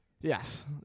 Yes